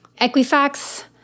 Equifax